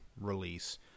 release